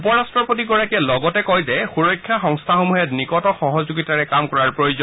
উপ ৰট্টপতিগৰাকীয়ে লগতে কয় যে সুৰক্ষা সংস্থাসমূহে নিকট সহযোগীতাৰে কাম কৰা প্ৰয়োজন